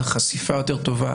על חשיפה יותר טובה,